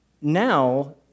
now